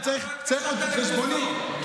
צריך חשבונית.